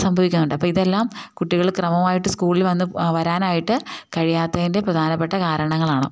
സംഭവിക്കാറുണ്ട് അപ്പം ഇതെല്ലാം കുട്ടികൾ ക്രമമായിട്ട് സ്കൂളിൽ വന്നു ആ വരാനായിട്ട് കഴിയാത്തതിൻ്റെ പ്രധാനപ്പെട്ട കാരണങ്ങളാണ്